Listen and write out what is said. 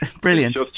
Brilliant